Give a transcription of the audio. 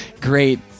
great